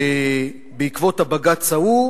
ובעקבות הבג"ץ ההוא